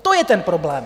To je ten problém.